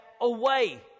away